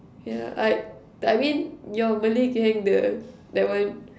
yeah I I mean your Malay gang the that one